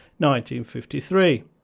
1953